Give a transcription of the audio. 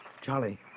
Charlie